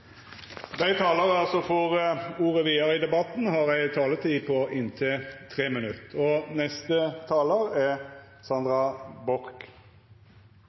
Dei talarane som heretter får ordet, har ei taletid på inntil 3 minutt.